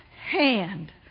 hand